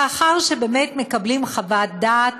לאחר שבאמת מקבלים חוות דעת